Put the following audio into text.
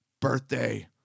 birthday